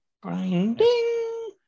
Grinding